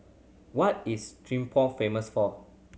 what is Thimphu famous for